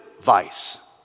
vice